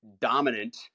dominant